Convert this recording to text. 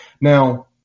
Now